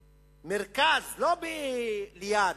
שבמרכז, לא ליד,